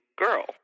girl